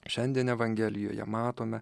šiandien evangelijoje matome